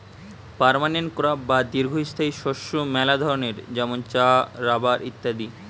permanent crop বা দীর্ঘস্থায়ী শস্য মেলা ধরণের যেমন চা, রাবার ইত্যাদি